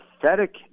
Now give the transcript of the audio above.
pathetic